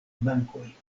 bankoj